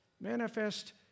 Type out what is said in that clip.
manifest